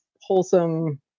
wholesome